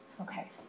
Okay